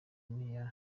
n’iya